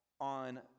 on